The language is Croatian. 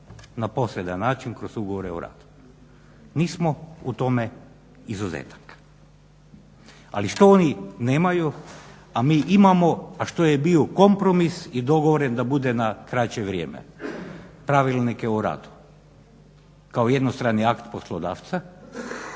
na posredan način kroz ugovore o radu. Mi smo u tome izuzetak. Ali šta oni nemaju, a mi imamo, a što je bio kompromis i dogovor je da bude na kraće vrijeme – pravilnike o radu kao jednostrani akt poslodavca